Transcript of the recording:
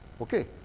okay